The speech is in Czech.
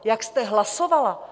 Jak jste hlasovala?